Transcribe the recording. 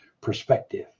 perspective